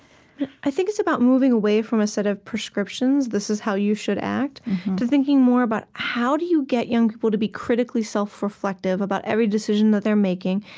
i think it's about moving away from a set of prescriptions this is how you should act to thinking more about how do you get young people to be critically self-reflective about every decision that they're making,